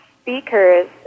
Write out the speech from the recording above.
speakers